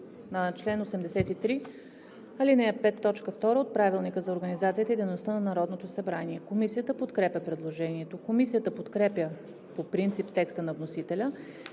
на чл. 83, ал. 5, т. 2 от Правилника за организацията и дейността на Народното събрание. Комисията подкрепя предложението. Комисията подкрепя по принцип текста на вносителя